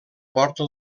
porta